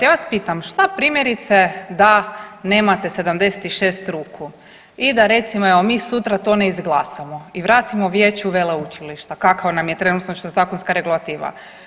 Ja vas pitam šta primjerice da nemate 76 ruku i da recimo evo mi sutra to ne izglasamo i vratimo vijeću veleučilišta kako nam je trenutačno zakonska regulativa.